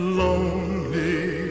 lonely